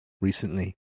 recently